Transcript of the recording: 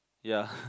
ya